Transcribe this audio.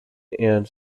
and